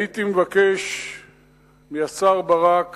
הייתי מבקש מהשר ברק